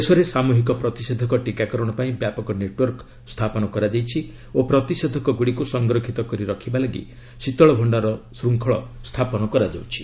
ଦେଶରେ ସାମୁହିକ ପ୍ରତିଷେଧକ ଟିକାକରଣ ପାଇଁ ବ୍ୟାପକ ନେଟ୍ୱର୍କ ସ୍ଥାପନ କରାଯାଇଛି ଓ ପ୍ରତିଷେଧକ ଗୁଡ଼ିକୁ ସଂରକ୍ଷିତ କରି ରଖିବା ଲାଗି ଶୀତଳ ଭଣ୍ଡାର ଶୃଙ୍ଖଳ ସ୍ଥାପନ କରାଯାଉଛି